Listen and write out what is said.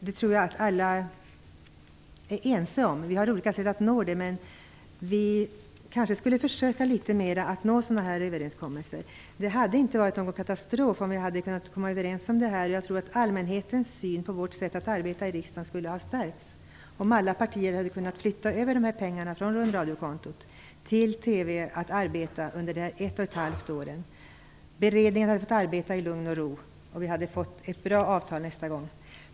Det tror jag att alla än ense om, men vi har olika sätt att nå det. Vi kanske skulle försöka litet mera att nå överenskommelser. Det hade inte varit någon katastrof om vi kommit överens om detta. Jag tror att allmänhetens syn på vårt sätt att arbeta i riksdagen skulle ha stärkts om alla partier hade kunnat flytta pengarna från rundradiokontot till TV att arbeta med under dessa ett och ett halvt år. Beredningen hade fått arbeta i lugn och ro, och vi hade fått ett bra avtal nästa gång.